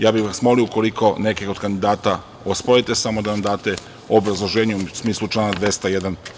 Ja bih vas molio, ukoliko neke od kandidata osporite, samo da nam date obrazloženje, u smislu člana 201.